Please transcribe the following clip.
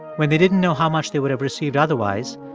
when they didn't know how much they would have received otherwise,